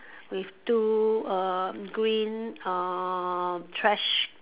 with two err green uh trash